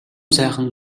сайхан